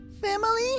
family